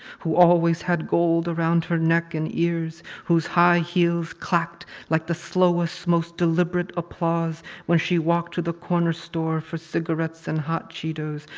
who always had gold around her neck and ears, whose high heels clacked like the slowest, most deliberate applause when she walked to the corner store for cigarettes and hot cheetos,